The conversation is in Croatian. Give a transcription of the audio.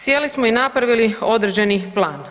Sjeli smo i napravili određeni plan.